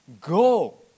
Go